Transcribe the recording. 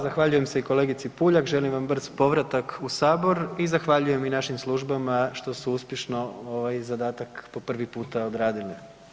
Zahvaljujem se i kolegici Puljak, želim vam brz povratak u Sabor i zahvaljujem i našim službama što su uspješno ovaj zadatak po prvi puta odradili.